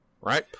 right